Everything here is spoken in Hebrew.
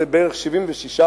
זה בערך 76%,